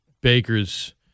Baker's